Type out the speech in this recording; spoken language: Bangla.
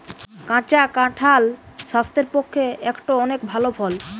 কাঁচা কাঁঠাল স্বাস্থ্যের পক্ষে একটো অনেক ভাল ফল